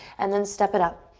and then step it up.